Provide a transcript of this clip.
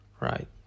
Right